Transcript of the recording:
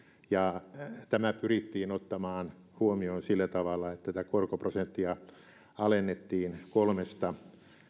ja tämä pyrittiin ottamaan huomioon sillä tavalla että tätä korkoprosenttia alennettiin kolmesta